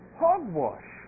hogwash